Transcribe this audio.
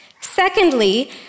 Secondly